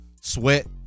Sweat